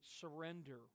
surrender